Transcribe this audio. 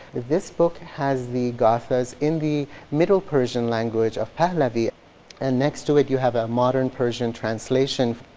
this book has the gathas in the middle persian language of pahlavi and next to it you have a modern persian translation.